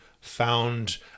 found